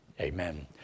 Amen